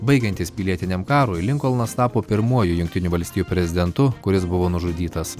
baigiantis pilietiniam karui linkolnas tapo pirmuoju jungtinių valstijų prezidentu kuris buvo nužudytas